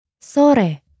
So-re